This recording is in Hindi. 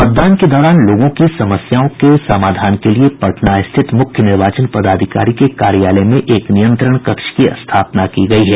मतदान के दौरान लोगों की समस्याओं के समाधान के लिए पटना स्थित मुख्य निर्वाचन पदाधिकारी के कार्यालय में एक नियंत्रण कक्ष की स्थापना की गयी है